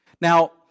Now